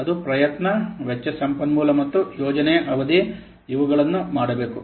ಅದು ಪ್ರಯತ್ನ ವೆಚ್ಚ ಸಂಪನ್ಮೂಲ ಮತ್ತು ಯೋಜನೆಯ ಅವಧಿ ಇವುಗಳನ್ನು ಮಾಡಬೇಕು